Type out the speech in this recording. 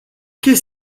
qu’est